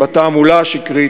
עם תעמולה השקרית,